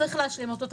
שצריך להשלים אותו.